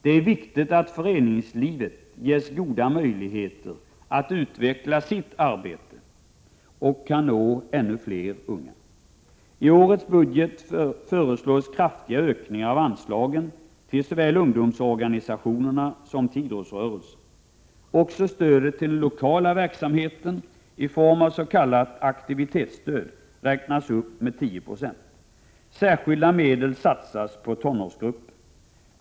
Det är viktigt att föreningslivet ges goda möjligheter att utveckla sitt arbete och kan nå ännu fler unga. I årets budget föreslås kraftiga ökningar av anslagen såväl till ungdomsorganisationerna som till idrottsrörelser. Också stödet till den lokala verksamheten i form av s.k. aktivitetsstöd räknas upp med 10 96. Särskilda medel satsas på tonårsgruppen.